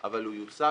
אבל הוא יושג